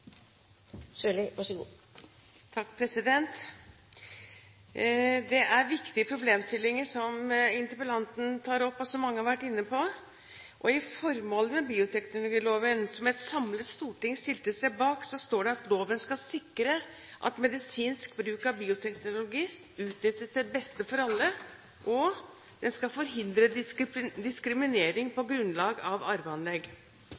statsråden i så fall at deres forslag er i tråd med formålet i bioteknologiloven, om at loven skal sikre at medisinsk bruk av bioteknologi utnyttes til beste for alle, og at den skal forhindre diskriminering på